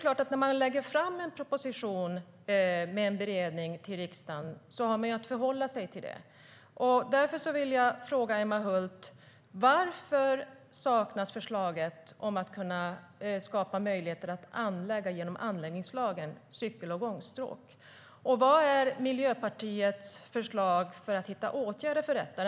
När man lägger fram en proposition med en beredning till riksdagen har man att förhålla sig till det. Jag vill därför fråga Emma Hult: Varför saknas förslaget om att genom anläggningslagen skapa möjligheter att anlägga cykel och gångstråk? Vad är Miljöpartiets förslag för att hitta åtgärder för detta?